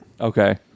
Okay